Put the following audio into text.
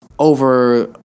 Over